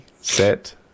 set